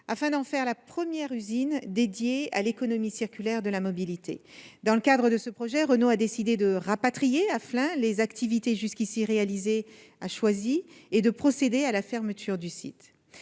afin d'en faire la première usine dédiée à l'économie circulaire de la mobilité. Dans le cadre de ce projet, Renault a décidé de rapatrier à Flins les activités jusqu'ici réalisées à Choisy et de procéder à la fermeture du site.